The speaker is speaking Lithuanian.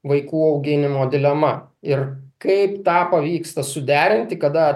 vaikų auginimo dilema ir kaip tą pavyksta suderinti kada